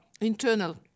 internal